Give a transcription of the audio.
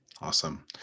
Awesome